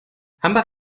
ambas